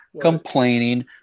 complaining